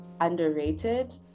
underrated